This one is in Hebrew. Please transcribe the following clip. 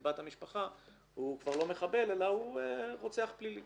בת המשפחה הוא כבר לא מחבל אלא הוא רוצח פלילי?